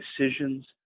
decisions